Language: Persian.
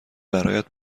برایت